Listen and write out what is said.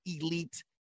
elite